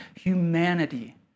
humanity